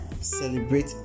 celebrate